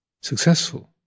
successful